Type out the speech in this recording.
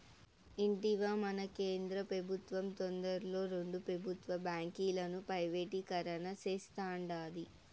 ఇంటివా, మన కేంద్ర పెబుత్వం తొందరలో రెండు పెబుత్వ బాంకీలను ప్రైవేటీకరణ సేస్తాండాది